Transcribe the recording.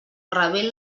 rebent